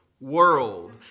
world